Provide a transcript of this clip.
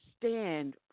stand